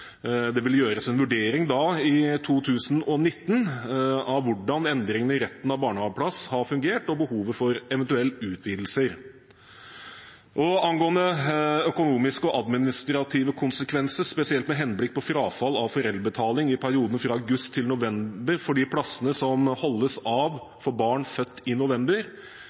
det vil gjøres en vurdering i 2019 av hvordan endringene i retten til barnehageplass har fungert, og behovet for eventuelle utvidelser. Angående økonomiske og administrative konsekvenser, spesielt med henblikk på frafall av foreldrebetaling i perioden fra august til november for de plassene som holdes av for barn født i november,